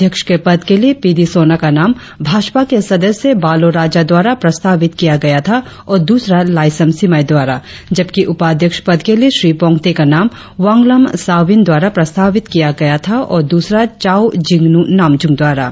अध्यक्ष के पद के लिए पी डी सोना का नाम भाजपा के सदस्य बालों राजा द्वारा प्रस्तावित किया गया था और दूसरा लाईसम सिमाई द्वारा जबकि उपाध्यक्ष पद के लिए श्री पोंगते का नाम वांगलम साविन द्वारा प्रस्तावित किया गया था और दूसरा चाउ जिंग्नू नामचूम द्वारा